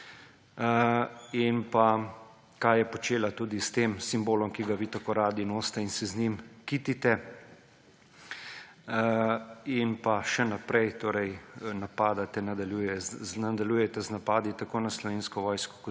in pa kaj je počela tudi s tem simbolom, ki ga vi tako radi nosite in se z njim kitite. In pa še naprej napadate, nadaljujete z napadi tako na Slovensko vojsko